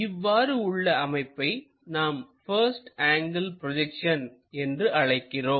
இவ்வாறு உள்ள அமைப்பை நாம் பஸ்ட் ஆங்கிள் ப்ரொஜெக்ஷன் என்று அழைக்கிறோம்